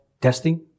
testing